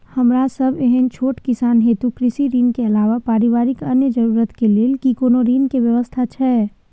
हमरा सब एहन छोट किसान हेतु कृषि ऋण के अलावा पारिवारिक अन्य जरूरत के लेल की कोनो ऋण के व्यवस्था छै?